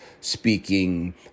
speaking